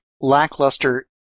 Lackluster